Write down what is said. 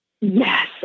Yes